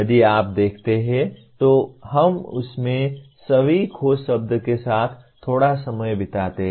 यदि आप देखते हैं तो हम उस में सभी खोजशब्दों के साथ थोड़ा समय बिताते हैं